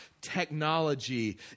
technology